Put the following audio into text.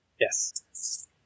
Yes